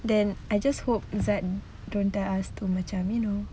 then I just hope zat don't tell us to you know